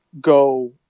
go